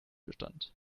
bestand